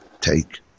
take